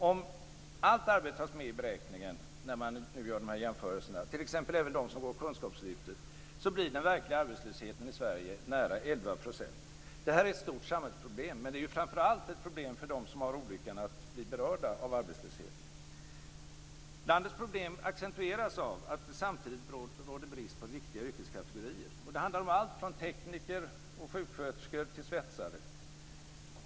Om allt arbete tas med i beräkningen när man gör jämförelserna, t.ex. de som går kunskapslyftet, blir den verkliga arbetslösheten i Sverige nära 11 %. Det är ett stort samhällsproblem, men det är framför allt ett problem för dem som har olyckan att bli berörda av arbetslöshet. Landets problem accentueras av att det samtidigt råder brist på viktiga yrkeskategorier. Det handlar om allt från tekniker och sjuksköterskor till svetsare.